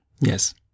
Yes